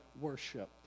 worship